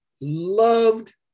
loved